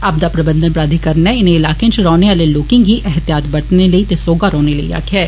आपदा प्रबंधन प्राधीकरण नै इनें इलाकें च रौह्ने आले लोकें गी ऐहतियात बरतने लेई ते सौहगा रौहने लेई आक्खेआ ऐ